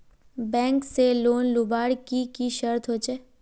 Bank से loan लुबार की की शर्त होचए?